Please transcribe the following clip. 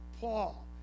Paul